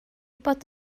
bod